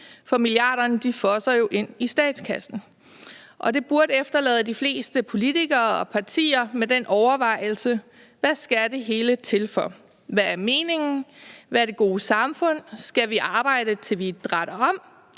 For milliarderne fosser jo ind i statskassen, og det burde efterlade de fleste politikere og partier med den overvejelse: Hvad skal det hele til for? Hvad er meningen? Hvad er det gode samfund? Skal vi arbejde, til vi dratter om?